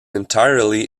entirely